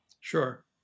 Sure